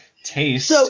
taste